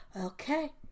Okay